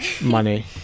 money